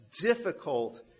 difficult